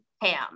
ham